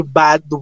bad